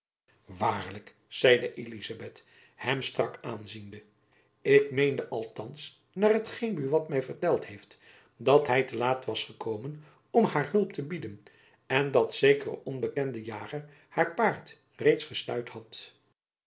waarlijk zeide elizabeth hem strak aanziende ik meende althands naar hetgeen buat my verteld heeft dat hy te laat was gekomen om haar hulp te bieden en dat zekere onbekende jager haar paard reeds gestuit had